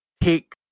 take